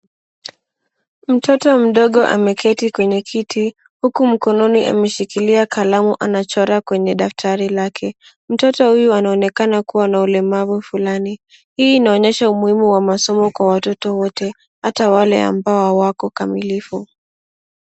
Mtoto mdogo ameketi kwenye kiti, huku mkononi, ameshikilia kalamu anachora kwenye daftrai lake. Mtoto huyu anaonekana kuwa na ulemavu fulani. Hii inaonyesha umuhimu wa masomo kwa watoto wote, hata wale ambao hawako kamilifu.